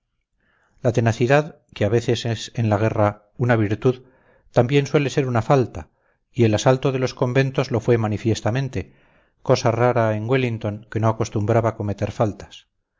la tenacidad que a veces es en la guerra una virtud también suele ser una falta y el asalto de los conventos lo fue manifiestamente cosa rara en wellington que no acostumbraba cometer faltas